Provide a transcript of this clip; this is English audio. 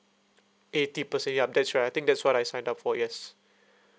eighty percent yup that's right I think that's what I signed up for yes